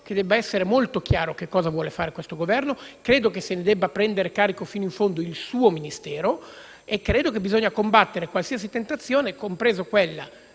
che debba essere molto chiaro che cosa vuole fare questo Governo; credo che se ne debba prendere carico fino in fondo il suo Ministero e credo che bisogna combattere qualsiasi tentazione, compresa quella